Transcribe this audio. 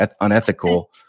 unethical